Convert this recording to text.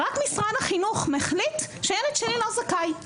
רק משרד החינוך החליט שהילד שלי לא זכאי.